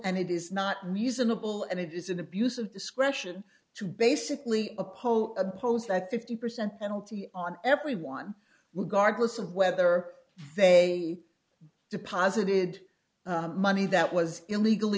and it is not musa nable and it is an abuse of discretion to basically a poll oppose that fifty percent penalty on everyone regardless of whether they deposited money that was illegal